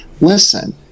Listen